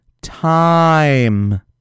time